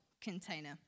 container